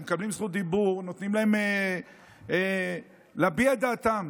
הם מקבלים זכות דיבור, נותנים להם להביע את דעתם.